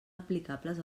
aplicables